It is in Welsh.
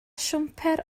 siwmper